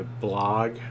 blog